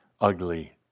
ugly